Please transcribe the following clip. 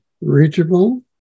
reachable